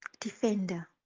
defender